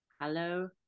Hello